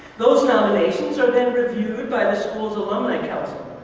those nominations are then reviewed by the school's alumni counselor,